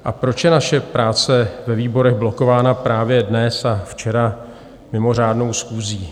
A proč je naše práce ve výborech blokována právě dnes a včera mimořádnou schůzí?